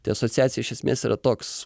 tai asociacija iš esmės yra toks